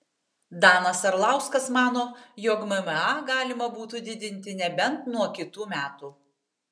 danas arlauskas mano jog mma galima būtų didinti nebent nuo kitų metų